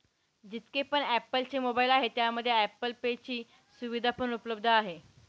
जितके पण ॲप्पल चे मोबाईल आहे त्यामध्ये ॲप्पल पे ची सुविधा पण उपलब्ध आहे